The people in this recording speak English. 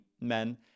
men